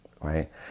right